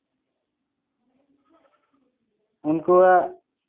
ᱩᱱᱠᱩᱣᱟᱜ